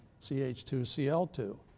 CH2Cl2